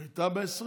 היא הייתה בעשרים?